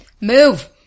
Move